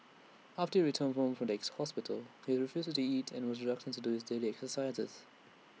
after he returned home from the ex hospital he refused to eat and was reluctant to do his daily exercises